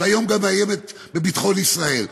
והיום גם מאיימת בביטחון ישראל.